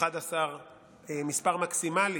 מספר מקסימלי